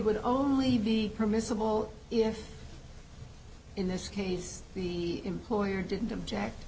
would only be permissible if in this case the employer didn't object